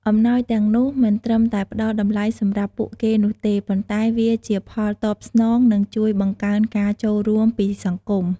អំណោយទាំងនោះមិនត្រឹមតែផ្តល់តម្លៃសម្រាប់ពួកគេនោះទេ ប៉ុន្តែវាជាផលតបស្នង និងជួយបង្កើនការចូលរួមពីសង្គម។